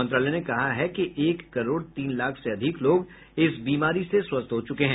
मंत्रालय ने कहा है कि एक करोड तीन लाख से अधिक लोग इस बीमारी से स्वस्थ हो चुके हैं